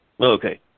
Okay